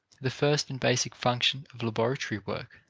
the first and basic function of laboratory work,